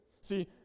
See